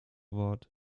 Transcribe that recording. wort